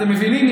אתם מבינים?